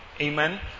Amen